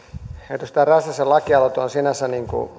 edustaja räsäsen lakialoite on sinänsä